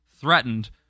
threatened